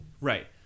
Right